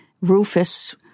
Rufus